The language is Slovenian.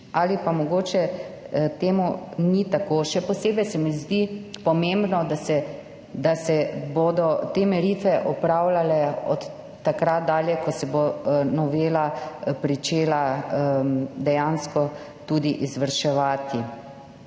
ali pa mogoče temu ni tako. Še posebej se mi zdi pomembno, da se bodo te meritve opravljale od takrat dalje, ko se bo novela dejansko začela tudi izvrševati.